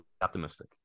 optimistic